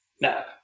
No